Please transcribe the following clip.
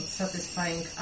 satisfying